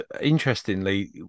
interestingly